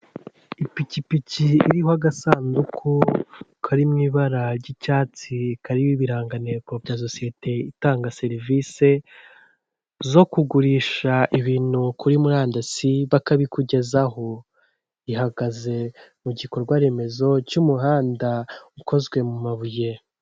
Ipikipiki iriho agasanduku kari mu ibara ry'icyatsi kariho ibirangantego bya sosiyete itanga serivisi zo kugurisha ibintu kuri murandasi bakabikugezaho ihagaze mu gikorwaremezo cy'umuhanda ukozwe mu mabuye.